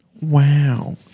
Wow